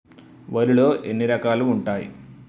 వరిలో ఎన్ని రకాలు ఉంటాయి?